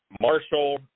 Marshall